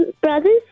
brother's